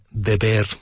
deber